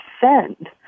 defend